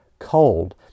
Cold